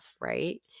right